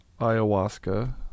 ayahuasca